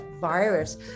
virus